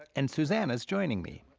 and susanna's joining me.